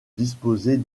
disposer